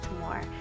more